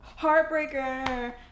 Heartbreaker